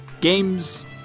games